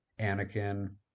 Anakin